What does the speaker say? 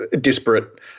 disparate